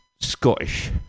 Scottish